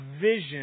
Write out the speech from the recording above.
vision